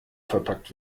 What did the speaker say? verpackt